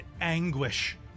anguish